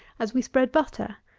as we spread butter.